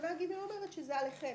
תקנה (ג) אומרת שזה עליכם.